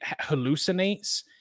hallucinates